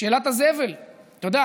שאלת הזבל: אתה יודע,